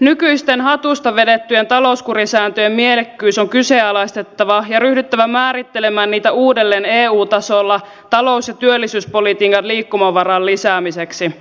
nykyisten hatusta vedettyjen talouskurisääntöjen mielekkyys on kyseenalaistettava ja ryhdyttävä määrittelemään niitä uudelleen eu tasolla talous ja työllisyyspolitiikan liikkumavaran lisäämiseksi